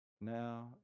now